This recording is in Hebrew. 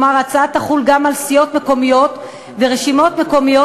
כלומר ההצעה תחול גם על סיעות מקומיות ועל רשימות מקומיות